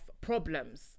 problems